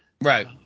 Right